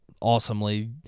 awesomely